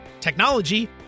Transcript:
technology